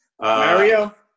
Mario